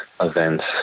events